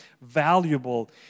valuable